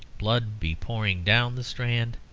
blood be pouring down the strand,